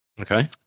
okay